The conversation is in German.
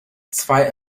zwei